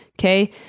Okay